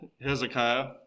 Hezekiah